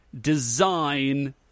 design